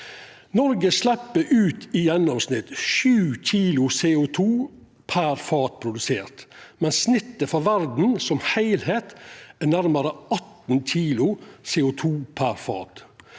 Noreg slepp ut i gjennomsnitt 7 kg CO2 per produsert fat, mens snittet for verda som heilskap er nærare 18 kg CO2 per fat.